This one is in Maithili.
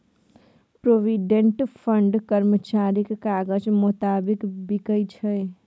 प्रोविडेंट फंड कर्मचारीक काजक मोताबिक बिकै छै